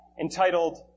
entitled